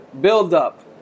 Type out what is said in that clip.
build-up